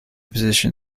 position